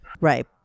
right